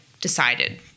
decided